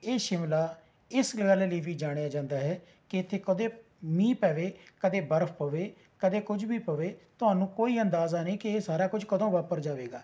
ਇਹ ਸ਼ਿਮਲਾ ਇਸ ਗੱਲ ਲਈ ਵੀ ਜਾਣਿਆ ਜਾਂਦਾ ਹੈ ਕਿ ਇੱਥੇ ਕਦੇ ਮੀਂਹ ਪਵੇ ਕਦੇ ਬਰਫ ਪਵੇ ਕਦੇ ਕੁਝ ਵੀ ਪਵੇ ਤੁਹਾਨੂੰ ਕੋਈ ਅੰਦਾਜ਼ਾ ਨਹੀਂ ਕਿ ਇਹ ਸਾਰਾ ਕੁਝ ਕਦੋਂ ਵਾਪਰ ਜਾਵੇਗਾ